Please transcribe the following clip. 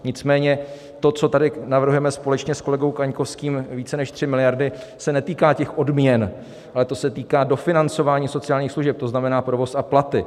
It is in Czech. Nicméně to, co tady navrhujeme společně s kolegou Kaňkovským, více než 3 miliardy, se netýká těch odměn, ale to se týká dofinancování sociálních služeb, to znamená provoz a platy.